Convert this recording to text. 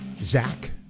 Zach